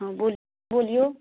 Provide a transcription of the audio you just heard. हँ बोल बोलियौ